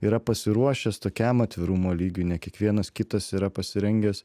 yra pasiruošęs tokiam atvirumo lygiui ne kiekvienas kitas yra pasirengęs